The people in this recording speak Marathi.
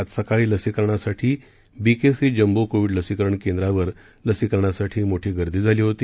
आज सकाळी लसीकरणासाठी बिकेसी जम्बो कोविड लसीकरण केंद्रावर लसीकरणासाठी मोठी गर्दी झाली होती